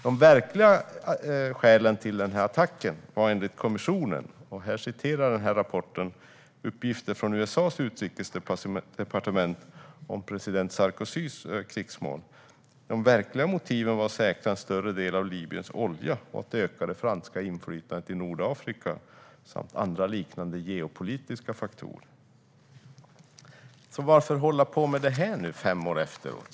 De verkliga skälen till attacken var enligt kommissionen - och här citerar rapporten uppgifter från USA:s utrikesdepartement om president Sarkozys krigsmål - att säkra en större del av Libyens olja och att öka det franska inflytandet i Nordafrika samt andra liknande geopolitiska faktorer. Varför ska vi då hålla på med det här nu fem år efteråt?